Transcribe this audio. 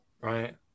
Right